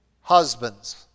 husbands